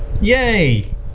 Yay